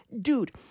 dude